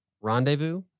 Rendezvous